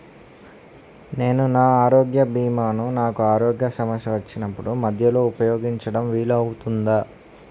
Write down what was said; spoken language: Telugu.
నేను నా ఆరోగ్య భీమా ను నాకు ఆరోగ్య సమస్య వచ్చినప్పుడు మధ్యలో ఉపయోగించడం వీలు అవుతుందా?